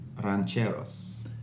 Rancheros